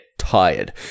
tired